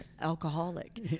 alcoholic